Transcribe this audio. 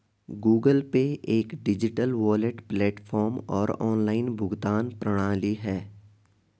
Google Pay एक digital wallet platform और online भुगतान प्रणाली है